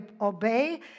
obey